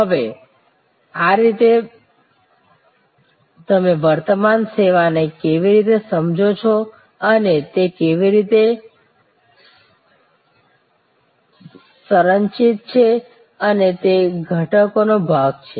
હવે આ રીતે તમે વર્તમાન સેવાને કેવી રીતે સમજો છો અને તે કેવી રીતે સંરચિત છે અને તે ઘટકનો ભાગ છે